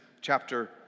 chapter